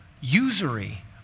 usury